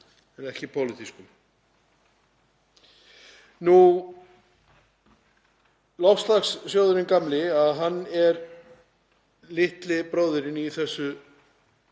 en ekki pólitískum. Loftslagssjóðurinn gamli er litli bróðirinn í þessu